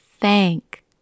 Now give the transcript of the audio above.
thank